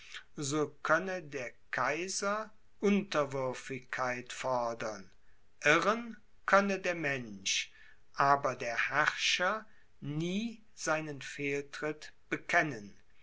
so könne der kaiser unterwürfigkeit fordern irren könne der mensch aber der herrscher nie seinen fehltritt bekennen